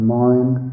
mind